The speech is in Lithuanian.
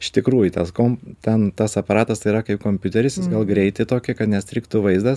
iš tikrųjų tas kom ten tas aparatas tai yra kaip kompiuteris jis gal greitį tokį kad nestrigtų vaizdas